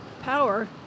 power